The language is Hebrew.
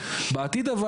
בעתיד אבל,